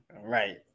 Right